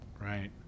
Right